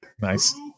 Nice